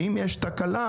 ואם יש תקלה,